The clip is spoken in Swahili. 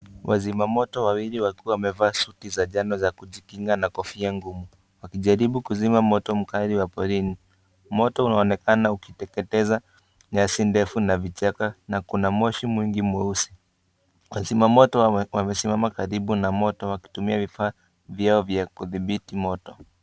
Wazima moto wawili wakiwa wamevaa suti za njano za kujikinga na kofia, wakijaribu kuuzima moto mkubwa wa porini. Moto unaonekana ukiteketeza nyasi ndefu na vichaka na kuna moshi mwingi mweusi. Wazima moto wamesimama karibu na moto wakitumia vifaa vyao vya kudhibiti moto.